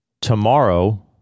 tomorrow